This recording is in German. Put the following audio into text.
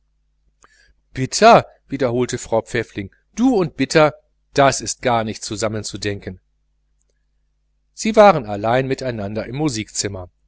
bitter wiederholte frau pfäffling du und bitter das ist gar nicht zusammen zu denken sie waren allein miteinander im musikzimmer